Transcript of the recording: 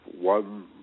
one